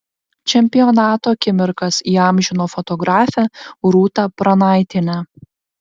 čempionato akimirkas įamžino fotografė rūta pranaitienė